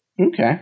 Okay